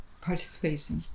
participating